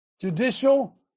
Judicial